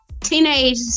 Teenage